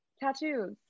tattoos